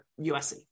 USC